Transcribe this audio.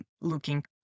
looking